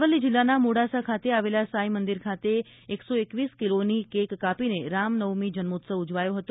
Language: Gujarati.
અરવલ્લી જિલ્લાના મોડાસા ખાતે આવેલા સાંઈ મંદિર ખાતે એકસો એકવીસ કિલોની કેક કાપીને રામનવમી જન્મોત્સવ ઉજવાયો હતો